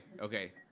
okay